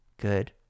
good